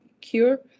cure